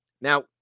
Now